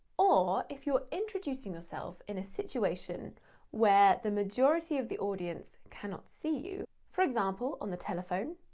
or, if you're introducing yourself in a situation where the majority of the audience cannot see you, for example on the telephone.